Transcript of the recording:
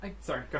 sorry